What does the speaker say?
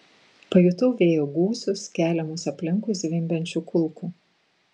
pajutau vėjo gūsius keliamus aplinkui zvimbiančių kulkų